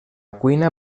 cuina